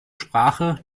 sprache